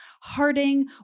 Harding